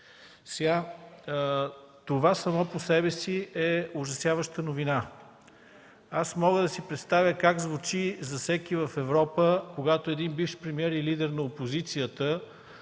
Това само по себе си е ужасяваща новина. Аз мога да си представя как звучи за всеки в Европа, когато бивш премиер и лидер на опозицията